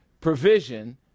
provision